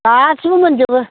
गासैबो मोनजोबो